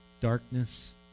darkness